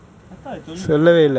I thought I told me before lah